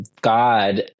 god